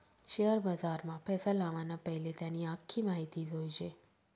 share बजारमा पैसा लावाना पैले त्यानी आख्खी माहिती जोयजे